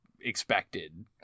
expected